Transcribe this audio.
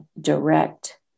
direct